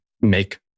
make